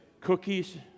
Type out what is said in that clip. cookies